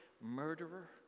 murderer